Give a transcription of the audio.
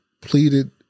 pleaded